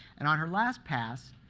and on her last pass,